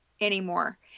anymore